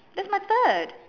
that's my third